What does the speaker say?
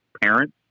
parents